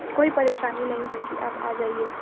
कोई परेशानी नहीं होगी आप आ जाइए